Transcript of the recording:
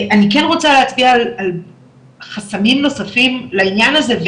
אני כן רוצה להצביע על חסמים נוספים לעניין הזה,